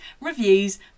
reviews